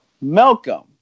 Malcolm